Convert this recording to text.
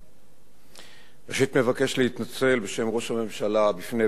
אני מבקש להתנצל בשם ראש הממשלה בפני בני המשפחה וחברי הבית